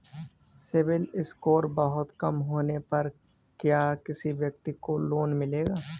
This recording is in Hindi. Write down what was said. सिबिल स्कोर बहुत कम होने पर क्या किसी व्यक्ति को लोंन मिलेगा?